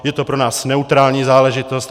Je to pro nás neutrální záležitost.